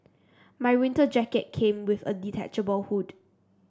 my winter jacket came with a detachable hood